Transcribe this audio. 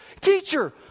Teacher